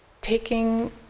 taking